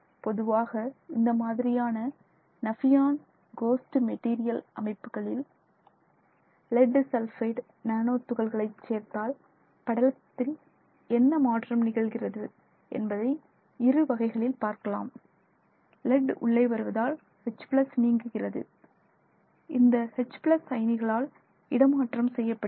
பொதுவாக இந்த மாதிரியான நபியான் கோஸ்ட் மெட்டீரியல் அமைப்புகளில் லெட் சல்ஃபைடு நானோ துகள்களை சேர்த்தால் படலத்தில் என்ன மாற்றம் நிகழ்கிறது என்பதை இருவகைகளில் பார்க்கலாம் லெட் உள்ளே வருவதால் H நீங்குகிறது இந்த ஹெச் பிளஸ் H அயனிகளால் இடமாற்றம் செய்யப்படுகிறது